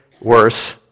worse